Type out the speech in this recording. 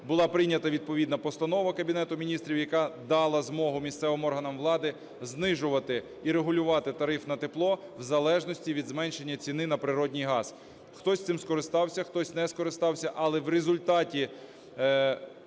Була прийнята відповідна Постанова Кабінету Міністрів, яка дала змогу місцевим органами влади знижувати і регулювати тариф на тепло в залежності від зменшення ціни на природній газ. Хтось цим скористався, хтось не скористався. Але в результаті